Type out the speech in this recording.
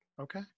Okay